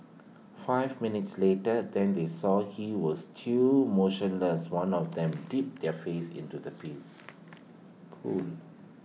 five minutes later then they saw he was too motionless one of them dipped their face in to the peel pool